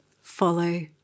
follow